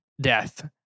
death